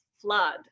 flood